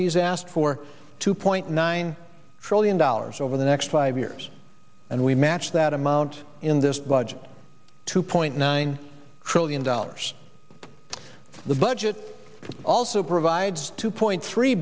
he's asked for two point nine trillion dollars over the next five years and we matched that amount in this budget two point nine trillion dollars the budget also provides two point three